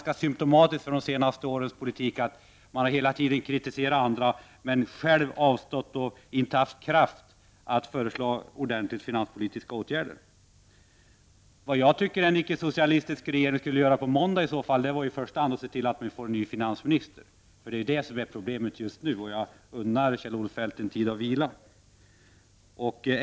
Det är symptomatiskt för de senaste årens regeringspolitik att man hela tiden har kritiserat andra men själv inte haft kraft att föreslå ordentliga finanspolitiska åtgärder. Jag tycker att det första som en icke-socialistisk regering skulle göra på måndag är att se till att få en ny finansminister. Det är den angelägnaste uppgiften just nu. Jag unnar Kjell-Olof Feldt en tid av vila.